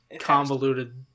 convoluted